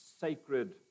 sacred